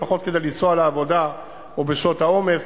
לפחות כדי לנסוע לעבודה או בשעות העומס,